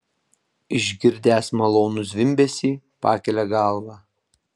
išgirdęs malonų zvimbesį pakelia galvą